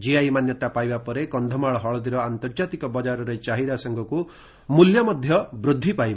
GI ମାନ୍ୟତା ପାଇବା ପରେ କନ୍ଧମାଳ ହଳଦୀର ଆନ୍ତର୍ଜାତିକ ବଜାରରେ ଚାହିଦା ସାଙ୍ଗକୁ ମୁଲ୍ୟ ମଧ୍ଧ ବୃଦ୍ଧି ପାଇବ